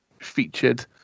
featured